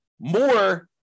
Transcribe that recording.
more